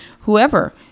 whoever